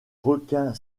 requin